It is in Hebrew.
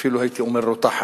אפילו הייתי אומר רותחת,